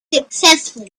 successful